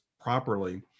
properly